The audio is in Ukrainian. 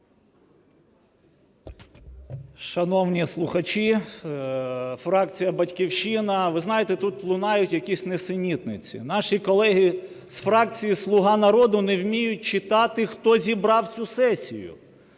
Шановні слухачі! Фракція "Батьківщина". Ви знаєте, тут лунають якісь нісенітниці. Наші колеги з фракції "Слуга народу" не вміють читати, хто зібрав цю сесію.